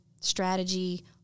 strategy